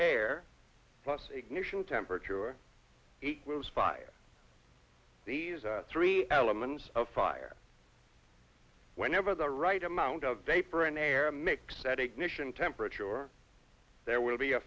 air plus ignition temperature equals fire these three elements of fire whenever the right amount of vapor and there a mix at ignition temperature there will be a